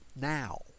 now